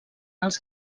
als